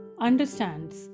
understands